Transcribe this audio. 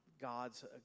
God's